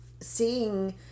seeing